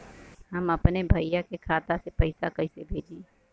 हम अपने भईया के खाता में पैसा कईसे भेजी?